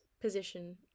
position